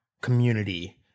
community